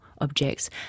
objects